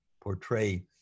portray